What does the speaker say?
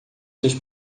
seus